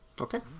okay